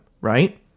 right